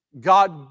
God